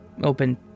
Open